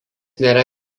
nėra